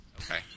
Okay